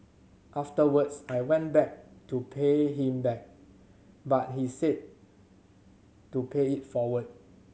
afterwards I went back to pay him back but he said to pay it forward